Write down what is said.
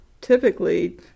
typically